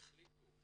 שהחליטו